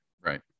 right